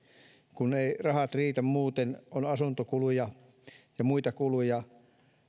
kun eivät rahat riitä muuten on asuntokuluja ja muita kuluja